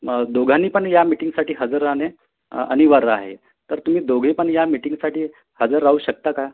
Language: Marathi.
मग दोघांनी पण या मिटींगसाठी हजर राहणे अनिवार्य आहे तर तुम्ही दोघे पण या मिटींगसाठी हजर राहू शकता का